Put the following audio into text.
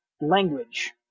language